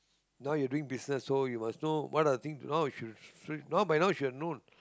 now you doing business so you must know what are the things you know now by now you should have known